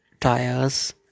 tires